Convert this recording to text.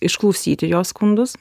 išklausyti jo skundus